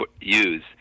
use